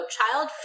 child